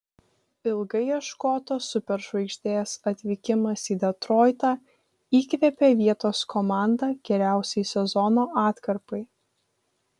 ilgai ieškotos superžvaigždės atvykimas į detroitą įkvėpė vietos komandą geriausiai sezono atkarpai